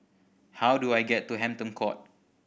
how do I get to Hampton Court